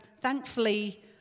thankfully